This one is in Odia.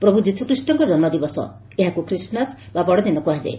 ପ୍ରଭୁ ଯୀଶୁଖ୍ରୀଷ୍କ ଜନ୍କ ଦିବସ ଏହାକୁ ଖ୍ରୀଷ୍ଟମାସ ବା ବଡ଼ଦିନ କୁହାଯାଏ